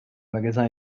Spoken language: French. magasin